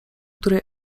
której